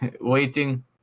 Waiting